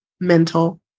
mental